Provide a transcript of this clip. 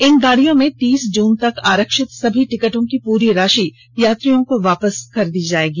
इन गाड़ियों में तीस जून तक आरक्षित समी टिकटों की पूरी राशि यात्रियों को वापस कर दी जायेगी